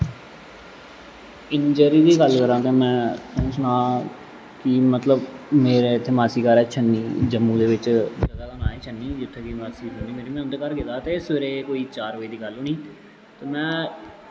injury दी गल्ल करां तां में अऊं सनां कि मतलब मेरे इत्थें मासी घर ऐ छन्नी जम्मू दे बिच्च जगह् दा नांऽ ऐ छन्नी जित्थै कि मासी रौंह्दी मेरी में उं'दे घर गेदा हा ते सवेरे कोई चार बज़े दी गल्ल होनी ते में